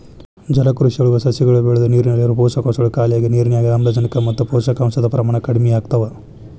ಜಲಕೃಷಿಯೊಳಗ ಸಸಿಗಳು ಬೆಳದು ನೇರಲ್ಲಿರೋ ಪೋಷಕಾಂಶ ಖಾಲಿಯಾಗಿ ನಿರ್ನ್ಯಾಗ್ ಆಮ್ಲಜನಕ ಮತ್ತ ಪೋಷಕಾಂಶದ ಪ್ರಮಾಣ ಕಡಿಮಿಯಾಗ್ತವ